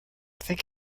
think